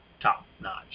top-notch